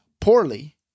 poorly